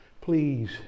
please